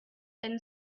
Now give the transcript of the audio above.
and